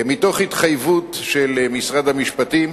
מתוך התחייבות של משרד המשפטים,